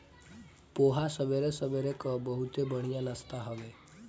पोहा सबेरे सबेरे कअ बहुते बढ़िया नाश्ता हवे